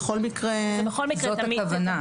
זאת הכוונה,